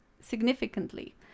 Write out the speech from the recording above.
significantly